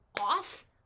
off